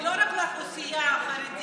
זה לא רק לאוכלוסייה החרדית.